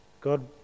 God